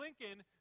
Lincoln